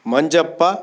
Manjappa